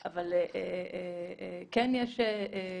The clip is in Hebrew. אבל התקופה שקבועה בצו תספיק כדי